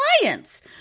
clients